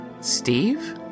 Steve